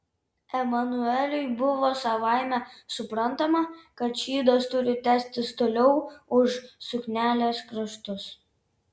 emanueliui buvo savaime suprantama kad šydas turi tęstis toliau už suknelės kraštus